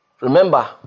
Remember